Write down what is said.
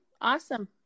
Awesome